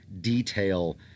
detail